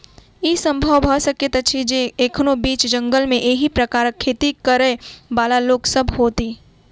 ई संभव भ सकैत अछि जे एखनो बीच जंगल मे एहि प्रकारक खेती करयबाला लोक सभ होथि